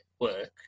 work